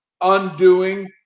undoing